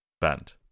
band